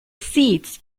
seats